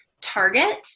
target